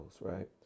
right